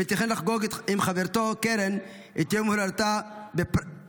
הוא תכנן לחגוג עם חברתו קרן את יום הולדתה בפראג,